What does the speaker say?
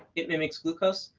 it mimics glucose.